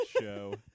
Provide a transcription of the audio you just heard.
show